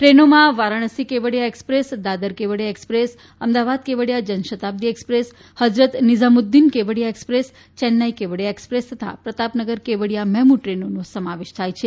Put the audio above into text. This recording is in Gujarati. ટ્રેનોમાં Varanasi Kevadia express Dadar Kevadia express Ahmedabad Kevadia Janshatabdi express Hazrat Nizamuddin Kevadia express Chennai Kevadia express તથા પ્રતાપનગર કેવડીયા મેમુ ટ્રેનોનો સમાવેશ થાય છે